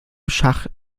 schach